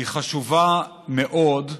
היא חשובה מאוד,